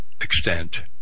extent